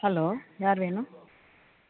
hello யார் வேணும்